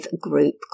group